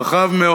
רחב מאוד.